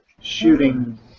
Shooting